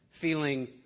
feeling